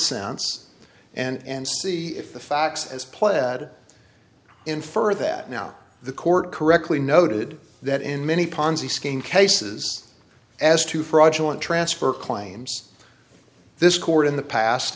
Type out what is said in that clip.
sense and see if the facts as pled infer that now the court correctly noted that in many ponzi scheme cases as to fraudulent transfer claims this court in the past